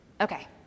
Okay